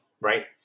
right